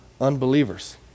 unbelievers